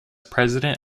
president